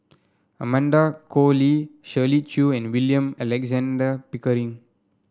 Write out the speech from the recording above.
Amanda Koe Lee Shirley Chew and William Alexander Pickering